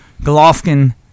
Golovkin